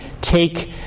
take